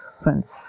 friends